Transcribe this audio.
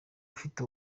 ufite